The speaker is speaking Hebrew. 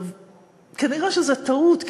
כנראה שזו טעות,